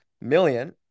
million